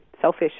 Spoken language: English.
selfish